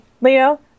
Leo